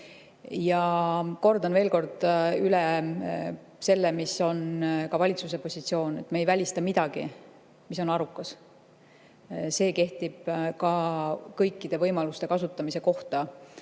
Kordan veel kord üle selle, mis on ka valitsuse positsioon: me ei välista midagi, mis on arukas. See kehtib ka kõikide võimaluste kasutamise kohta,